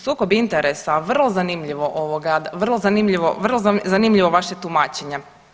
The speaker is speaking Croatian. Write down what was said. Sukob interesa, vrlo zanimljivo ovoga, vrlo zanimljivo vaše tumačenje.